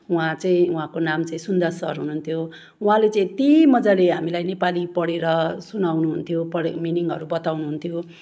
उहाँ चाहिँ उहाँको चाहिँ नाम चाहिँ सुन्दास सर हुनुहुन्थ्यो उहाँले चाहिँ य ति मजाले हामीलाई नेपाली पढेर सुनाउनु हुन्थ्यो पढ् मिनीङहरू बताउनु हुन्थ्यो